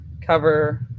cover